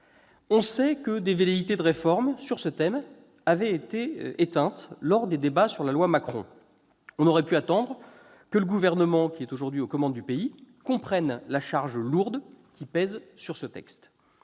On sait que des velléités de réforme, sur ce thème, avaient été éteintes lors des débats sur la loi Macron. On aurait pu s'attendre à ce que le gouvernement aujourd'hui aux commandes du pays comprenne la charge lourde pesant sur ce texte.